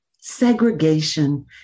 segregation